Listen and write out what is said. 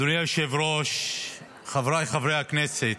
אדוני היושב-ראש, חבריי חברי הכנסת,